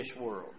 world